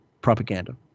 propaganda